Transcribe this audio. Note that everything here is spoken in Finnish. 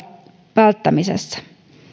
välttämisessä